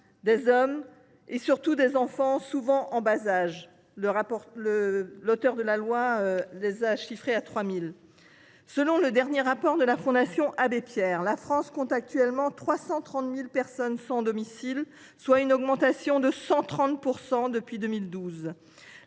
ces hommes et surtout ces enfants, souvent en bas âge. Selon le dernier rapport de la Fondation Abbé Pierre, la France compte actuellement 330 000 personnes sans domicile, soit une augmentation de 130 % depuis 2012.